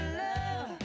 love